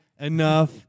enough